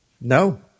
No